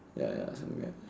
ya ya something like that